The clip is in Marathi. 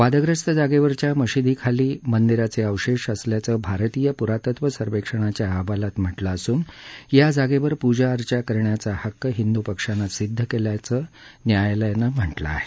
वाद्यस्त जागेवरच्या मशीदी खाली मंदिराचे अवशेष असल्याचं भारतीय पुरातत्व सर्वेक्षणाच्या अहवालात म्हटलं असून या जागेवर पूजा अर्चा करण्याचा हक्क हिंदू पक्षानं सिद्ध केल्याचं न्यायालयानं म्हटलं आहे